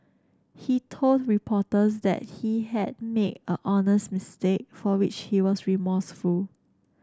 he told reporters that he had made a honest mistake for which he was remorseful